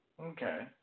Okay